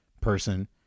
person